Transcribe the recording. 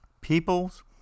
People's